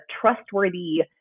trustworthy